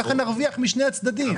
כך נרוויח משני הצדדים.